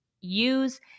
use